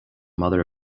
mother